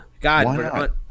God